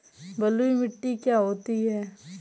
बलुइ मिट्टी क्या होती हैं?